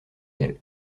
elle